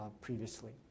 previously